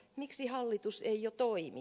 miksi hallitus ei jo toimi